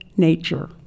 nature